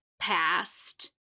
past